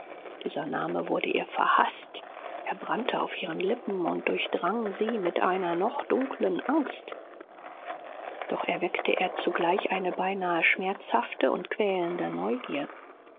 dieser name wurde ihr verhaßt er brannte auf ihren lippen und durchdrang sie mit einer noch dunkeln angst doch erweckte er zugleich eine beinahe schmerzhafte und quälende neugier